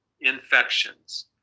infections